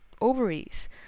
ovaries